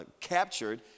captured